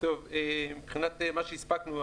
מבחינת מה שהספקנו,